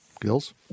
Gills